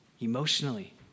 emotionally